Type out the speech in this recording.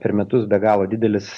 per metus be galo didelis